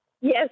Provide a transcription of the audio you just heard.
Yes